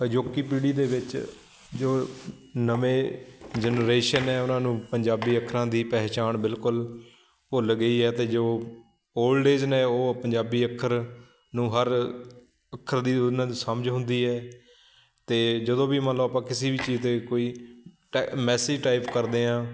ਅਜੋਕੀ ਪੀੜੀ ਦੇ ਵਿੱਚ ਜੋ ਨਵੀਂ ਜਨਰੇਸ਼ਨ ਹੈ ਉਹਨਾਂ ਨੂੰ ਪੰਜਾਬੀ ਅੱਖਰਾਂ ਦੀ ਪਹਿਚਾਣ ਬਿਲਕੁਲ ਭੁੱਲ ਗਈ ਹੈ ਅਤੇ ਜੋ ਓਲਡ ਏਜ਼ ਨੇ ਉਹ ਪੰਜਾਬੀ ਅੱਖਰ ਨੂੰ ਹਰ ਅੱਖਰ ਦੀ ਉਹਨਾਂ ਦੀ ਸਮਝ ਹੁੰਦੀ ਹੈ ਅਤੇ ਜਦੋਂ ਵੀ ਮੰਨ ਲਉ ਆਪਾਂ ਕਿਸੇ ਵੀ ਚੀਜ਼ 'ਤੇ ਕੋਈ ਟੇ ਮੈਸਿਜ਼ ਟਾਈਪ ਕਰਦੇ ਹਾਂ